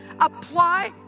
apply